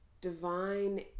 divine